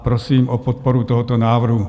Prosím o podporu tohoto návrhu.